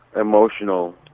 emotional